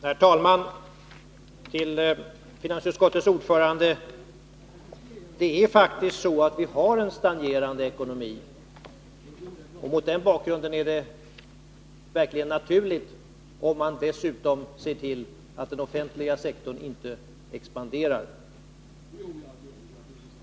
Herr talman! Till finansutskottets ordförande vill jag säga att vi faktiskt har en stagnerande ekonomi. Mot den bakgrunden är det verkligen naturligt att se till att den offentliga sektorn inte expanderar.